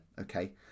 okay